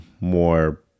more